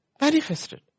manifested